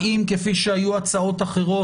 האם כפי שהיו הצעות אחרות,